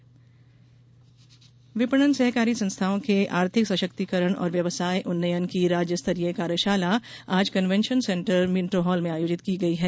कार्यशाला विपणन सहकारी संस्थाओं के आर्थिक सशक्तिकरण और व्यवसाय उन्नयन की राज्य स्तरीय कार्यशाला आज कन्वेंशन सेन्टर मिन्टो हाल में आयोजित की गई है